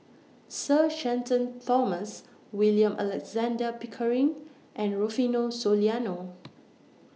Sir Shenton Thomas William Alexander Pickering and Rufino Soliano